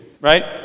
Right